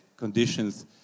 conditions